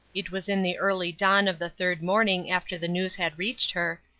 it was in the early dawn of the third morning after the news had reached her,